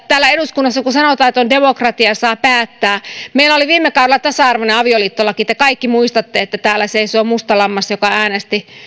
täällä eduskunnassa kun sanotaan että on demokratia saa päättää meillä oli viime kaudella tasa arvoinen avioliittolaki te kaikki muistatte että täällä seisoo musta lammas joka äänesti